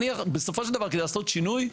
בסופו של דבר, כדי לעשות שינוי,